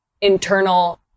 internal